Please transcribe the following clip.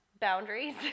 boundaries